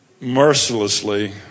Mercilessly